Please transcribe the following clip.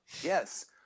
Yes